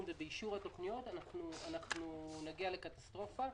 ובאישור התוכניות אנחנו נגיע לקטסטרופה.